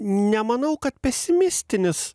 nemanau kad pesimistinis